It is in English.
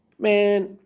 Man